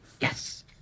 Yes